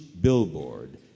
billboard